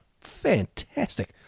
fantastic